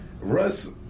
Russ